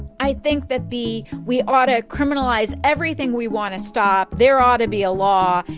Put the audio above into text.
i think that the we ought to criminalize everything. we want to stop. there ought to be a law.